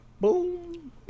Boom